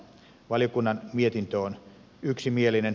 valiokunnan mietintö on yksimielinen